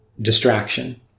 distraction